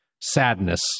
sadness